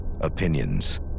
Opinions